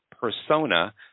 persona